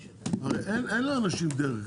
אין לאנשים דרך.